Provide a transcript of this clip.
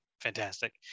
fantastic